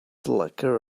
slacker